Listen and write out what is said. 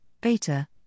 beta